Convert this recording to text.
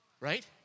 right